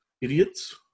idiots